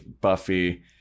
Buffy